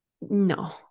No